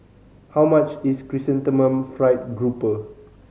how much is Chrysanthemum Fried Grouper